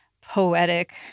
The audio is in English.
poetic